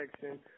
section